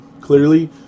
Clearly